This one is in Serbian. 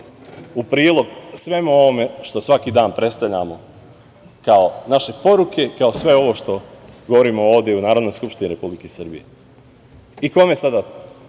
u prilog svemu ovome što svaki dan predstavljamo kao naše poruke, kao sve ovo što govorimo ovde u Narodnoj skupštini Republike Srbije. Kome sada